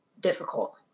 difficult